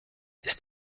ist